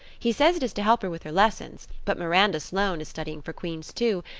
he says it is to help her with her lessons but miranda sloane is studying for queen's too,